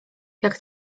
jak